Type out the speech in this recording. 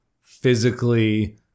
physically